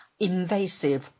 invasive